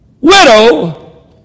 widow